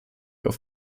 auf